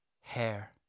Hair